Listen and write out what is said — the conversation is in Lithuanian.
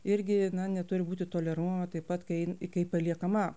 irgi neturi būti toleruojama taip pat kai kai paliekama